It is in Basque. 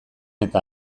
eta